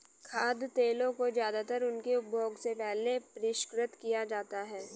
खाद्य तेलों को ज्यादातर उनके उपभोग से पहले परिष्कृत किया जाता है